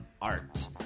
art